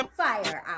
fire